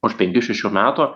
už penkių šešių metų